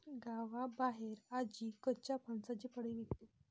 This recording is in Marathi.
गावाबाहेर आजी कच्च्या फणसाची फळे विकते